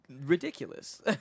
ridiculous